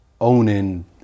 owning